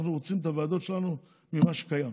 אנחנו רוצים את הוועדות שלנו ממה שקיים,